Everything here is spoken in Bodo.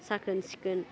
साखोन सिखोन